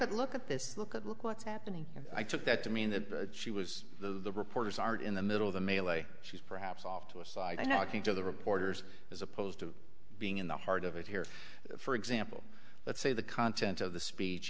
at look at this look at look what's happening and i took that to mean that she was the reporters are in the middle of the melee she's perhaps off to a side i know i think to the reporters as opposed to being in the heart of it here for example let's say the content of the speech